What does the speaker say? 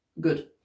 Good